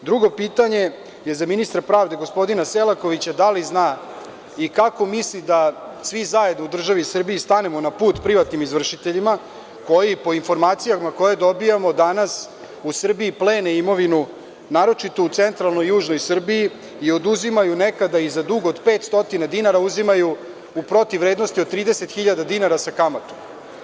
Drugo pitanje je za ministra pravde, gospodina Selakovića, da li zna i kako misli da svi zajedno u državi Srbiji stanemo na put privatnim izvršiteljima koji, po informacijama koje dobijamo danas u Srbiji plene imovinu, naročito u centralnoj i južnoj Srbiji, i oduzimaju nekada i za dug od 500 dinara uzimaju u protivvrednosti od 30 hiljada dinara sa kamatom?